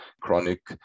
chronic